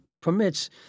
permits